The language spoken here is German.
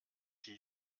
die